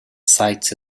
sites